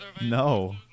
No